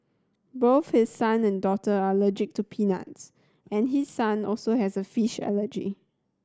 both his son and daughter are allergic to peanuts and his son also has a fish allergy